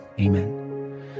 Amen